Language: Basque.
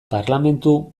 parlementu